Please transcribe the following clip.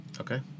Okay